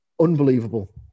unbelievable